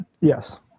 Yes